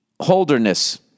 Holderness